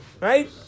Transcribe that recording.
Right